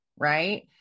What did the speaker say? right